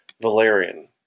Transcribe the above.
valerian